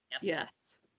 Yes